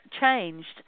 changed